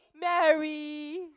Mary